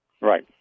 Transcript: Right